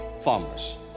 farmers